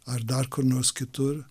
ar dar kur nors kitur